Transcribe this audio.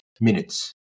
minutes